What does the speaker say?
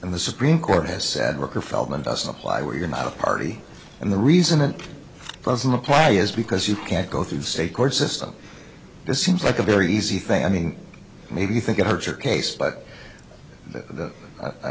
and the supreme court has said ricker feldman doesn't apply where you're not a party and the reason it doesn't apply is because you can't go through the state court system this seems like a very easy thing i mean maybe you think it hurts your case but